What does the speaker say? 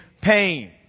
pain